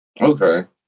Okay